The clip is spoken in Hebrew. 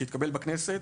שהתקבל בכנסת,